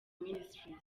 ministries